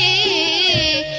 a